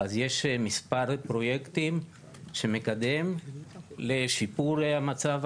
יש כמה פרויקטים שהוא מקדם לשיפור המצב